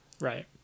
Right